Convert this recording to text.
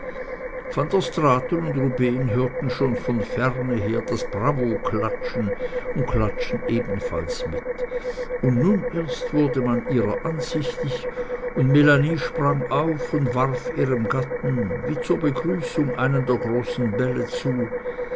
und rubehn hörten schon von ferne her das bravoklatschen und klatschten lebhaft mit und nun erst wurde man ihrer ansichtig und melanie sprang auf und warf ihrem gatten wie zur begrüßung einen der großen bälle zu